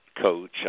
coach